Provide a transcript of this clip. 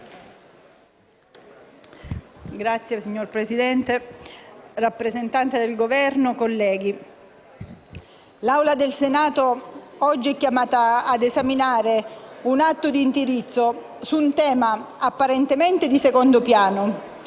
*(PD)*. Signor Presidente, onorevole rappresentante del Governo, colleghi, l'Assemblea del Senato oggi è chiamata ad esaminare un atto di indirizzo su un tema apparentemente di secondo piano